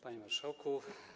Panie Marszałku!